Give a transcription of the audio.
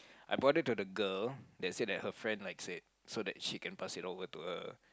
I brought it to the girl that said that her friend likes it so that she can pass it over to her